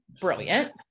brilliant